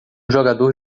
jogador